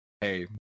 hey